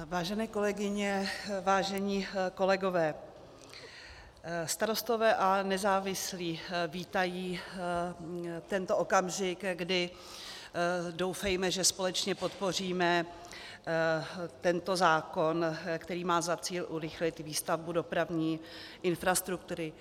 Vážené kolegyně, vážení kolegové, Starostové a nezávislí vítají tento okamžik, kdy, doufejme, že společně podpoříme tento zákon, který má za cíl urychlit výstavbu dopravní infrastruktury.